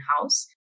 house